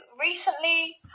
recently